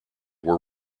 were